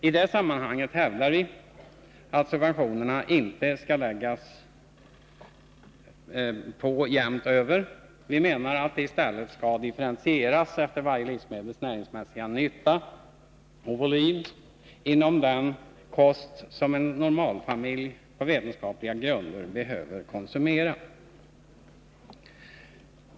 I det sammanhanget hävdar vi att subventionerna inte skall läggas på jämnt över. Vi menar att de i stället skall differentieras efter varje livsmedels näringsmässiga nytta och volym inom den kost som en normalfamilj på vetenskapliga grunder behöver konsumera.